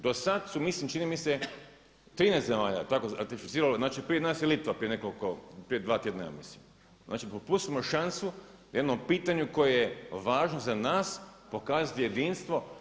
Do sada su mislim čini mi se 13 zemalja jel tako ratificiralo znači prije nas je Litva prije dva tjedna mislim, znači propustimo šansu o jednom pitanju koje je važno za nas pokazati jedinstvo.